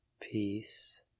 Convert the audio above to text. peace